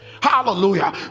hallelujah